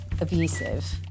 abusive